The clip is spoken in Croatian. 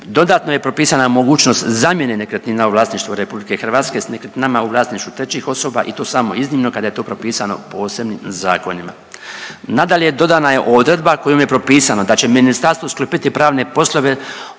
Dodatno je propisna mogućnost zamjene nekretnine u vlasništvu RH s nekretninama u vlasništvu trećih osoba i to samo iznimno kada je to propisano posebnim zakonima. Nadalje dodana je odredba kojom je propisano da će ministarstvo sklopiti pravne poslove